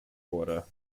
wurde